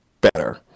better